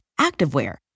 activewear